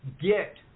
get